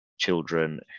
children